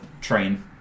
train